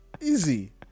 easy